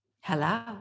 Hello